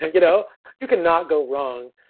ah you know you cannot go wrong.